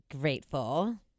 Grateful